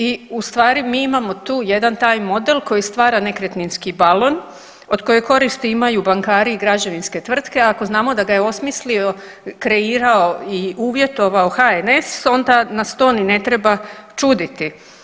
I u stvari mi imamo tu jedan taj model koji stvara nekretninski balon od koje koristi imaju bankari i građevinske tvrtke, ako znamo da ga je osmislio, kreirao i uvjetovao HNS onda nas to ni ne treba čuditi.